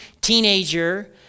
teenager